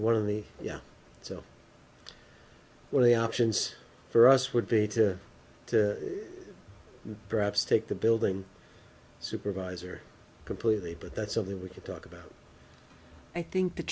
one of the yeah so one of the options for us would be to perhaps take the building supervisor completely but that's something we could talk about i think the